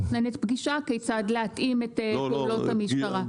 ותכנן פגישה כיצד להתאים את פעולות המשטרה.